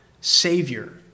Savior